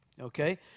Okay